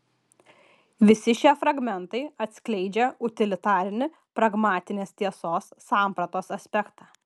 visi šie fragmentai atskleidžia utilitarinį pragmatinės tiesos sampratos aspektą